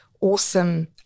awesome